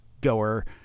goer